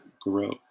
Growth